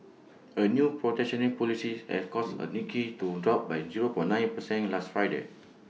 A new protectionist policy has caused A Nikkei to drop by zero point nine percentage last Friday